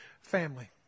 family